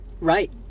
Right